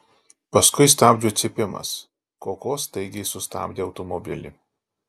paskui stabdžių cypimas koko staigiai sustabdė automobilį